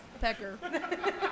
Pecker